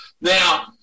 Now –